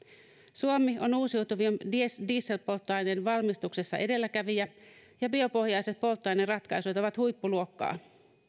suomi on uusiutuvan dieselpolttoaineen valmistuksessa edelläkävijä ja biopohjaiset polttoaineratkaisut ovat huippuluokkaa